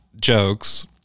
jokes